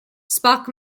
spock